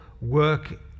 work